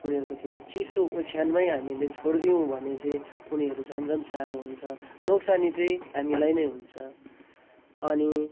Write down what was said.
उनीहरूको त्यो चिसो ओछ्यानमै हामीले छोड्दिउँ भने चाहिँ उनीहरू झन् झन् साह्रो हुन्छ नोक्सानी चाहिँ हामीलाई नै हुन्छ अनि